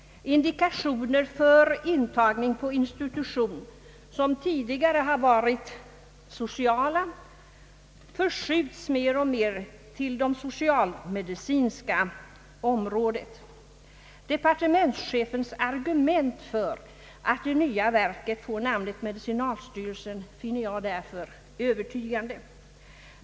Indikationer för intagning på institution, vilka tidigare har varit sociala, förskjuts mer och mer till det socialmedicinska området. Departementschefens argument för att det nya verket får namnet medicinalstyrelsen finner jag därför övertygande.